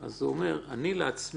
אז הוא אומר: אני לעצמי